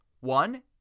One